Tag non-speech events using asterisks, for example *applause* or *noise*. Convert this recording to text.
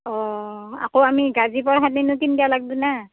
অ আকৌ আমি *unintelligible* কিনিব লাগিব না